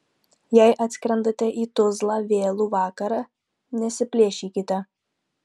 jei atskrendate į tuzlą vėlų vakarą nesiplėšykite